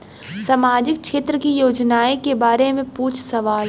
सामाजिक क्षेत्र की योजनाए के बारे में पूछ सवाल?